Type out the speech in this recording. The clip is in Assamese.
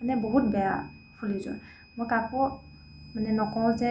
মানে বহুত বেয়া ফুলিযোৰ মই কাকো মানে নকওঁ যে